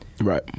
right